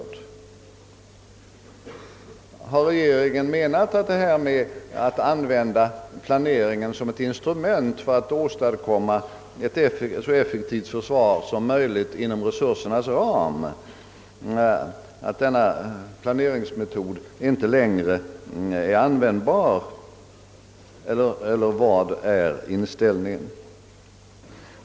Vidare: Har regeringen i det nya läget åsikten att användandet av planeringen som instrument för att åstadkomma så effektivt försvar som möjligt inom resursernas ram inte längre duger eller vilken är inställningen?